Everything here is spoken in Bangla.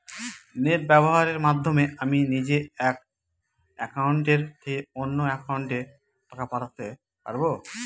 নেট ব্যবহারের মাধ্যমে আমি নিজে এক অ্যাকাউন্টের থেকে অন্য অ্যাকাউন্টে টাকা পাঠাতে পারব?